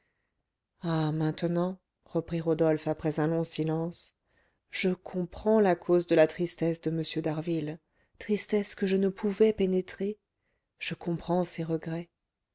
ah maintenant reprit rodolphe après un long silence je comprends la cause de la tristesse de m d'harville tristesse que je ne pouvais pénétrer je comprends ses regrets